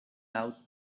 out